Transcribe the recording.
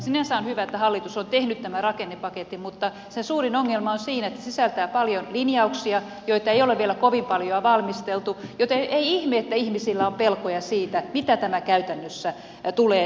sinänsä on hyvä että hallitus on tehnyt tämän rakennepaketin mutta sen suurin ongelma on siinä että se sisältää paljon linjauksia joita ei ole vielä kovin paljoa valmisteltu joten ei ihme että ihmisillä on pelkoja siitä mitä tämä käytännössä tulee tarkoittamaan